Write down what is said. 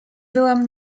byłam